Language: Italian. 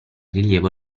rilievo